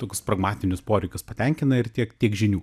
tokius pragmatinius poreikius patenkina ir tiek tiek žinių